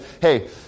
hey